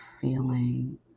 feeling